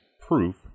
proof